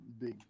big